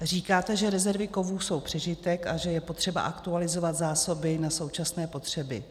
Říkáte, že rezervy kovů jsou přežitek a že je potřeba aktualizovat zásoby na současné potřeby.